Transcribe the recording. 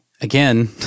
Again